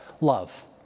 love